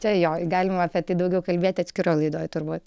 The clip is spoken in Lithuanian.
tai jo galima apie tai daugiau kalbėti atskiroj laidoj turbūt